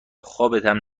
خوابتم